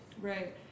Right